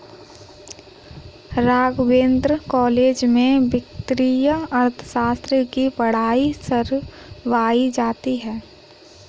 Raghavendra college में वित्तीय अर्थशास्त्र की पढ़ाई करवायी जाती है